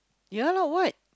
ya lah what